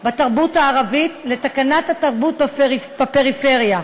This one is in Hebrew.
בתרבות הערבית לתקנת התרבות בפריפריה,